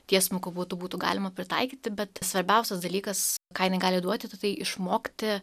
tiesmuku būdu būtų galima pritaikyti bet svarbiausias dalykas ką jinai negali duoti tatai išmokti